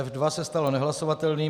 F2 se stal nehlasovatelným.